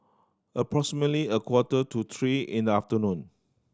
approximately a quarter to three in the afternoon